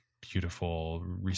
beautiful